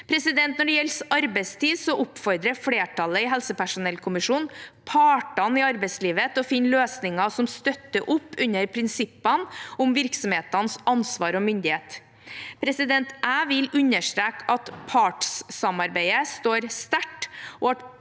Når det gjelder arbeidstid, oppfordrer flertallet i helsepersonellkommisjonen partene i arbeidslivet til å finne løsninger som støtter opp under prinsippene om virksomhetenes ansvar og myndighet. Jeg vil understreke at partssamarbeidet står sterkt,